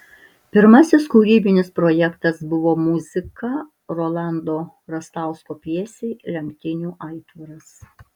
pirmasis kūrybinis projektas buvo muzika rolando rastausko pjesei lenktynių aitvaras